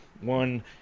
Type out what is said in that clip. one